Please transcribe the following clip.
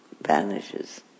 vanishes